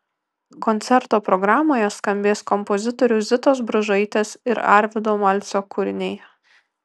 koncerto programoje skambės kompozitorių zitos bružaitės ir arvydo malcio kūriniai